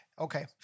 Okay